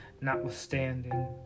notwithstanding